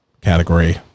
category